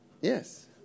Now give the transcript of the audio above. Yes